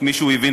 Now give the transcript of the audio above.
נכון.